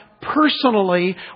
personally